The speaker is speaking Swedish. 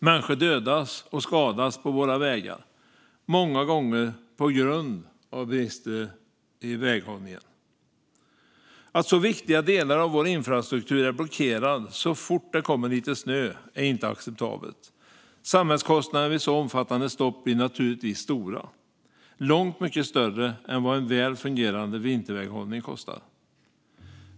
Människor dödas och skadas på våra vägar, många gånger på grund av brister i väghållningen. Att så viktiga delar av vår infrastruktur är blockerade så fort det kommer lite snö är inte acceptabelt. Samhällskostnaderna vid så omfattande stopp blir naturligtvis stora, långt mycket större än kostnaden för en väl fungerande vinterväghållning.